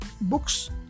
books